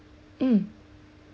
mm